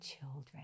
children